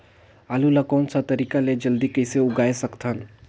आलू ला कोन सा तरीका ले जल्दी कइसे उगाय सकथन?